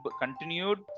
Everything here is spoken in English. continued